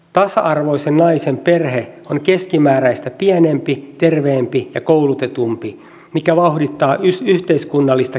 tasa arvoisen naisen perhe on keskimääräistä pienempi terveempi ja koulutetumpi mikä vauhdittaa yhteiskunnallista kehitystä